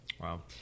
Wow